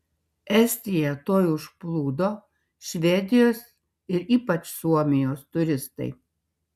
estiją tuoj užplūdo švedijos ir ypač suomijos turistai